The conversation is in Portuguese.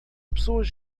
pessoas